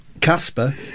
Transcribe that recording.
Casper